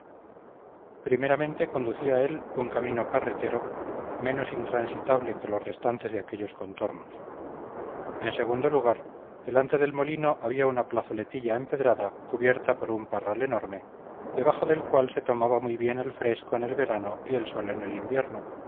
primeramente conducía a él un camino carretero menos intransitable que los restantes de aquellos contornos en segundo lugar delante del molino había una plazoletilla empedrada cubierta por un parral enorme debajo del cual se tomaba muy bien el fresco en el verano y el sol en el invierno